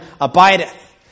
abideth